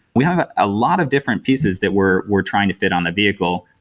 we have a lot of different pieces that we're we're trying to fit on the vehicle.